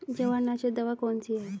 जवारनाशक दवा कौन सी है?